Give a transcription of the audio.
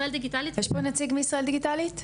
יש פה נציג מישראל דיגיטלית?